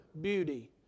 beauty